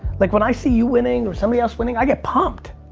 like when i see you winning or somebody else winning i get pumped